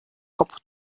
kopf